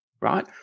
right